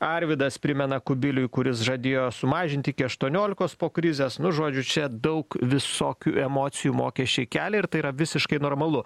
arvydas primena kubiliui kuris žadėjo sumažinti iki aštuoniolikos po krizės nu žodžiu čia daug visokių emocijų mokesčiai kelia ir tai yra visiškai normalu